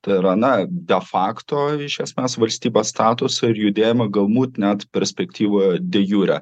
tai yra na de fakto iš esmės valstybės statusą ir judėjimą galmūt net perspektyvoje dejure